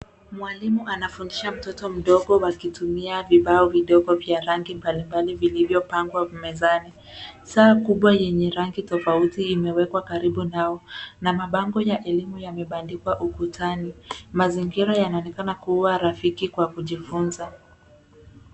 Mwalimu anafundisha mtoto mdogo wakitumia vibao vidogo vya rangi mbali mbali vilivyopangwa mezani. Saa kubwa yenye rangi tofauti imewekwa karibu nao, na mabango ya elimu yamebandikwa ukutani. Mazingira yanaonekana kua rafiki kwa kujifunza.